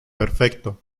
perfecto